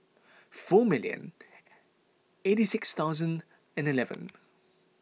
four million eighty six thousand and eleven